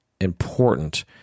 important